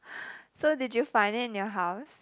so did you find it in your house